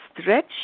stretch